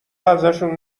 ازشون